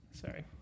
Sorry